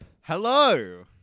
Hello